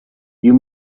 you